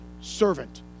servant